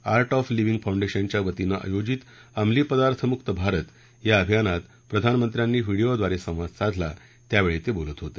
art of living फाऊंडेशनच्या वतीनं आयोजित अंमली पदार्थ मुक्त भारत या अभियानात प्रधानमंत्र्यांनी व्हिडीओद्वारे संवाद साधला त्यावेळी ते बोलत होते